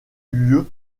lieu